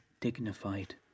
dignified